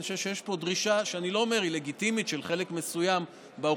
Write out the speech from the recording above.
אני חושב שיש פה דרישה של חלק מסוים באוכלוסייה,